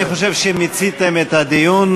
אני חושב שמיציתם את הדיון,